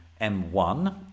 M1